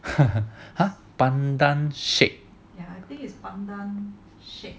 !huh! pandan shake